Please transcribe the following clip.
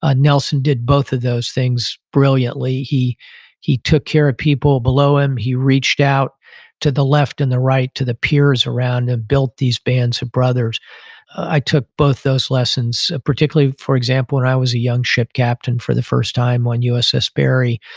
ah nelson did both of those things brilliantly. he he took care of people below him he reached out to the left and the right, to the peers around him, built these bands of brothers i took both those lessons, particularly for example when i was a young ship captain for the first time on uss mary,